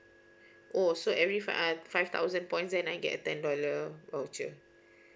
oh so every five uh five thousand points then I get a ten dollar voucher